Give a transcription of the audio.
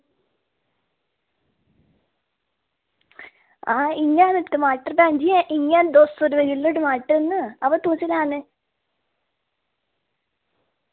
हां इ'यां ते टमाटर भैन जी इ'यां न दो सौ रपेऽ किल्लो टमाटर न अवा तुस लैने